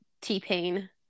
T-Pain